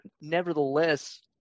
nevertheless